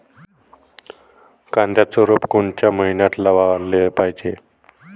कांद्याचं रोप कोनच्या मइन्यात लावाले पायजे?